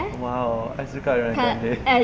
!wow! I suka ariana grande